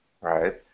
right